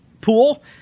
pool